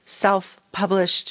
self-published